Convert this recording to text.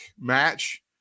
match